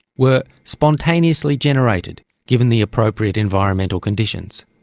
were spontaneously generated, given the appropriate environmental conditions.